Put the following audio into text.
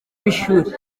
b’ishuri